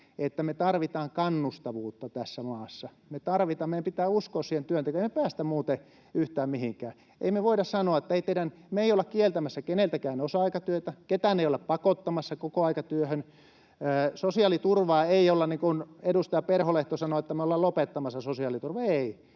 että me tarvitaan kannustavuutta tässä maassa. Me tarvitaan, meidän pitää uskoa siihen työntekoon. Ei me päästä muuten yhtään mihinkään. Ei me voida sanoa, että ei teidän... Me ei olla kieltämässä keneltäkään osa-aikatyötä, ketään ei olla pakottamassa kokoaikatyöhön, sosiaaliturvaa ei olla lopettamassa, niin kuin edustaja Perholehto sanoi, että me ollaan lopettamassa sosiaaliturva.